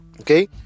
okay